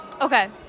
okay